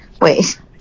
Wait